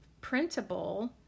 printable